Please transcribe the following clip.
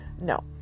No